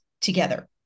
together